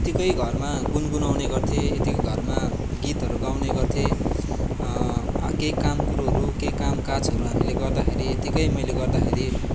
यतिकै घरमा गुनगुनाउने गर्थेँ यतिकै घरमा गीतहरू गाउने गर्थेँ केही काम कुरोहरू केही कामकाजहरू हामीले गर्दाखेरि एतिकै मैले गर्दाखेरि